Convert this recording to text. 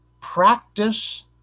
practice